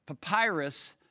papyrus